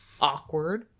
awkward